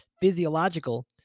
physiological